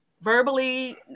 Verbally